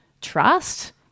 trust